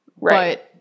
Right